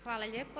Hvala lijepo.